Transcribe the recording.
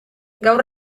gaur